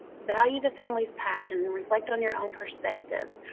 value the family's passion. reflect on your own perspective.